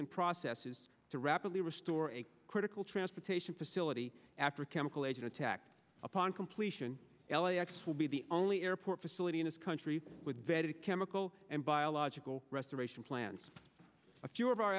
and processes to rapidly restore a critical transportation facility after a chemical agent attack upon completion l a x will be the only airport facility in this country with vetted chemical and biological restoration plans a few of our